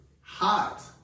hot